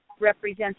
Represents